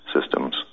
systems